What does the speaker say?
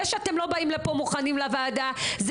זה שאתם לא באים לפה מוכנים לוועדה זה